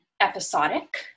episodic